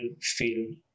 feel